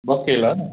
ॿ केला